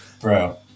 Bro